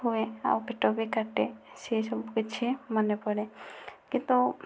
ହୁଏ ଆଉ ପେଟ ବି କାଟେ ସେଇ ସବୁ କିଛି ମନେ ପଡ଼େ କିନ୍ତୁ